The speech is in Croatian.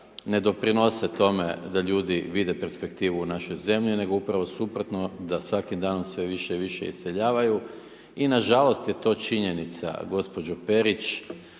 ne doprinose tome, da ljude vide perspektivu u našoj zemlji, nego upravo suprotno, da svakim danom sve više i više iseljavaju, i nažalost je to činjenica, gospođa Perić,